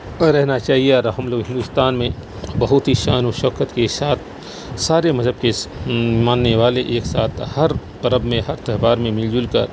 پہ رہنا چاہیے اور ہم لوگ ہندوستان میں بہت ہی شان و شوکت کے ساتھ سارے مذہب کے ماننے والے ایک ساتھ ہر پرو میں ہر تہوار میں مل جل کر